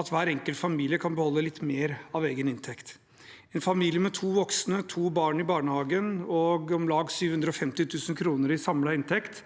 at hver enkelt familie kan beholde litt mer av egen inntekt. En familie med to voksne, to barn i barnehagen og om lag 750 000 kr i samlet inntekt